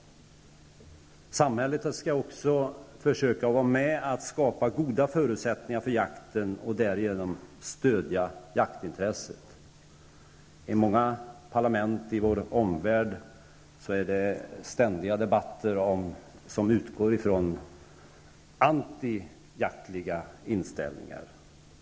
Samhället skall också försöka vara med och skapa goda förutsättningar för jakten och därigenom stödja jaktintresset. I många parlament i vår omvärld pågår det ständiga debatter som utgår ifrån antijaktliga inställningar.